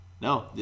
no